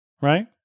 right